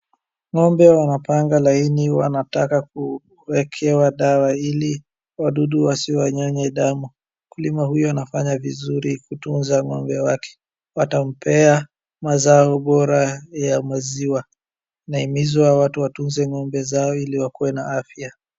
Ng'ombe wanapanga laini wanataka kuwekewa dawa ili wadudu wasiwanyonye damu. Mkulima huyu anafanya vizuri kutuza ng'ombe wake. Watampea mazao bora ya maziwa. Inaimizwa watu watuze ng'ombe zao ili wakue na afya.